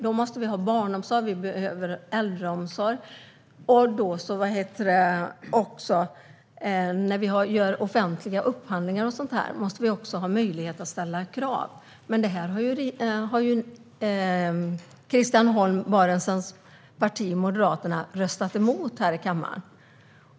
Då behövs barnomsorg och äldreomsorg. Vid offentliga upphandlingar måste det vara möjligt att ställa krav. Men detta har Christian Holm Barenfelds parti Moderaterna röstat emot i kammaren.